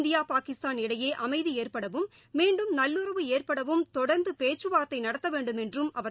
India Pakistan இடையே அமைதி ஏற்படவும் மீண்டும் நல்லுறவு ஏற்படவும் தொடர்ந்து பேச்சுவார்த்தை நடத்த வேண்டும் என்றும் அவர் தெரிவித்துள்ளார்